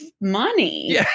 money